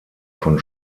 von